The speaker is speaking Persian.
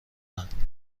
اند